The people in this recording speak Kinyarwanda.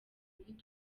ngwino